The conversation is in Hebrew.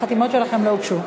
החתימות שלכם לא הוגשו,